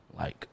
-like